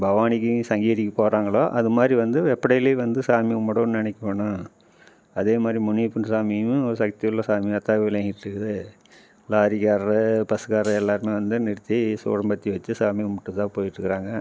பவானிக்கும் சங்கிரிக்கும் போகிறாங்களோ அது மாதிரி வந்து எப்போ டெய்லி வந்து சாமி கும்பிடணுன்னு நெனைக்கணும் அதே மாதிரி முனியப்பன் சாமியும் சக்தியுள்ள சாமியாகத்தான் விளங்கிட்டிருக்குது லாரிகாரரு பஸ்காரரு எல்லோருமே வந்து நிறுத்தி சூடம் பற்றி வெச்சு சாமி கும்பிட்டு தான் போயிட்ருக்கறாங்க